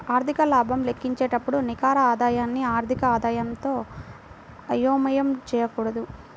ఆర్థిక లాభం లెక్కించేటప్పుడు నికర ఆదాయాన్ని ఆర్థిక ఆదాయంతో అయోమయం చేయకూడదు